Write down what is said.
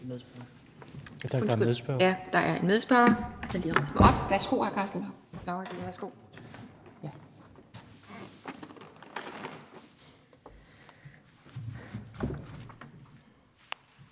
Der er en medspørger